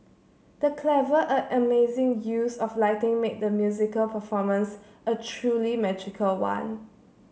the clever and amazing use of lighting made the musical performance a truly magical one